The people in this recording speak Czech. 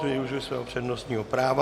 Využil svého přednostního práva.